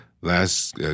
last